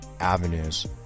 Avenues